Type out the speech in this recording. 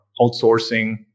outsourcing